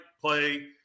play